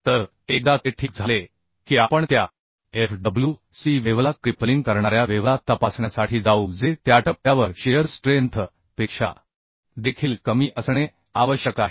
तर एकदा ते ठीक झाले की आपण त्या Fwc वेव्हला क्रिपलिंग करणाऱ्या वेव्हला तपासण्यासाठी जाऊ जे त्या टप्प्यावर shiar स्ट्रेंथ पेक्षा देखील कमी असणे आवश्यक आहे